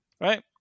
right